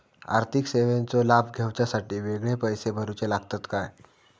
आर्थिक सेवेंचो लाभ घेवच्यासाठी वेगळे पैसे भरुचे लागतत काय?